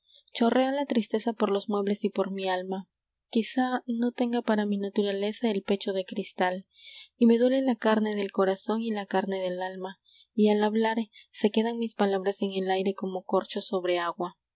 chorrea la tristeza por los muebles y por mi alma quizá no tenga para mí naturaleza el pecho de cristal y me duele la carne del corazón y la carne del alma y al hablar se quedan mis palabras en el aire como corchos sobre agua